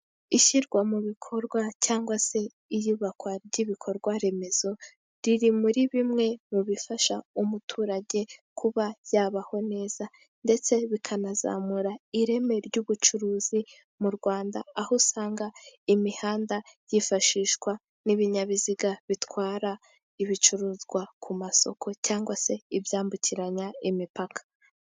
Ishyirwa mu bikorwa cyangwa se iyubakwa ry'ibikorwa remezo, riri muri bimwe mu bifasha umuturage kuba yabaho neza, ndetse bikanazamura ireme ry'ubucuruzi mu Rwanda, aho usanga imihanda yifashishwa n'ibinyabiziga bitwara ibicuruzwa ku masoko, cyangwa se ibyambukiranya imipaka.